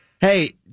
Hey